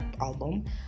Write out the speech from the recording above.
album